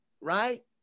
right